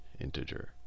Integer